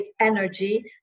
energy